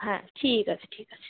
হ্যাঁ ঠিক আছে ঠিক আছে